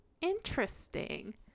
interesting